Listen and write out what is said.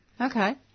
Okay